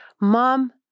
Mom